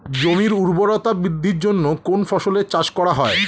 জমির উর্বরতা বৃদ্ধির জন্য কোন ফসলের চাষ করা হয়?